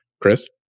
Chris